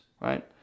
right